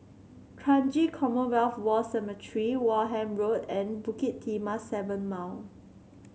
Kranji Commonwealth War Cemetery Wareham Road and Bukit Timah Seven Mile